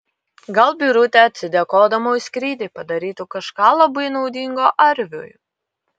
gal birutė atsidėkodama už skrydį padarytų kažką labai naudingo arviui